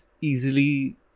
easily